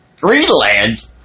Greenland